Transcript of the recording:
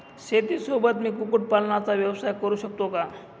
शेतीसोबत मी कुक्कुटपालनाचा व्यवसाय करु शकतो का?